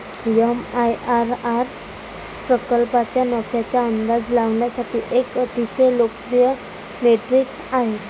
MIRR प्रकल्पाच्या नफ्याचा अंदाज लावण्यासाठी एक अतिशय लोकप्रिय मेट्रिक आहे